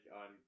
on